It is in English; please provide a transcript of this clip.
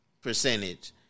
percentage